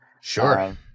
sure